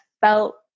felt